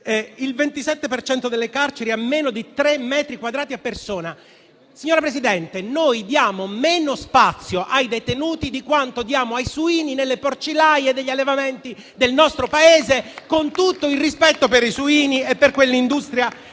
cento delle carceri prevede meno di tre metri quadrati a persona. Signora Presidente, diamo meno spazio ai detenuti di quanto ne diamo ai suini nelle porcilaie degli allevamenti del nostro Paese, con tutto il rispetto per i suini e per l'industria